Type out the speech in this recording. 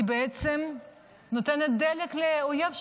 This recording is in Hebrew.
היא בעצם נותנת דלק לאויב שלנו.